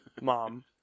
Mom